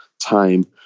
time